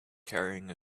carrying